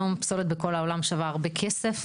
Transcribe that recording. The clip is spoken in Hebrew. היום פסולת בכל העולם שווה הרבה הכסף.